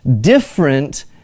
different